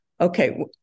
Okay